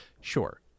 Sure